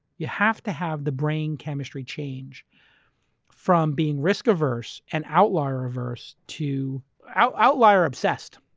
you have to have the brain chemistry change from being risk-averse and outlier-reverse to outlier obsessed.